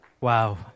wow